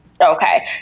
okay